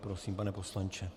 Prosím, pane poslanče.